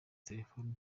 telefone